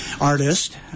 artist